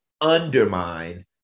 undermine